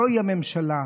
זוהי הממשלה.